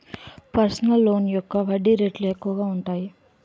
personal loan యొక్క వడ్డీ రేట్లు ఎక్కువగా ఉంటాయి